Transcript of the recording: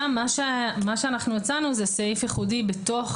שם מה שאנחנו הצענו זה סעיף ייחודי בתוך